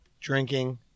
drinking